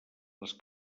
les